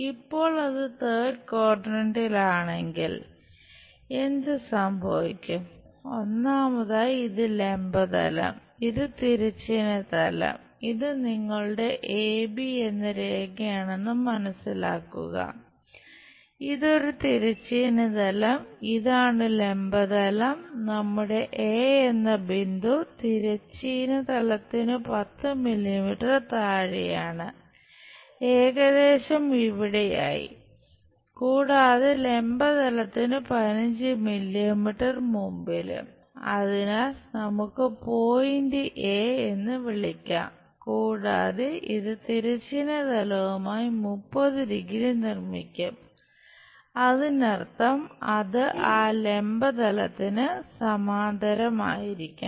ഇപ്പോൾ അത് തേർഡ് ക്വാഡ്രന്റിലാണെങ്കിൽ നിർമ്മിക്കും അതിനർത്ഥം അത് ആ ലംബ തലത്തിന് സമാന്തരമായിരിക്കണം